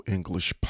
English